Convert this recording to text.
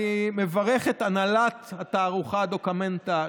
אני מברך את הנהלת התערוכה דוקמנטה,